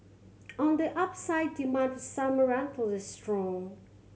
on the upside demand for summer rental is strong